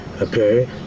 okay